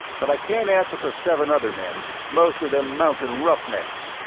but i can't answer for seven other men, most of them mountain roughnecks!